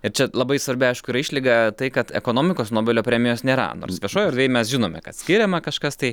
ir čia labai svarbi aišku yra išlyga tai kad ekonomikos nobelio premijos nėra nors viešoj erdvėj mes žinome kad skiriama kažkas tai